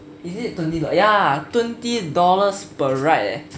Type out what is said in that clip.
ya twenty dollars per ride eh